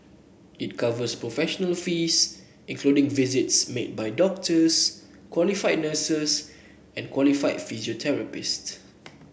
it covers professional fees including visits made by doctors qualified nurses and qualified physiotherapists